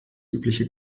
übliche